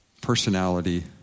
personality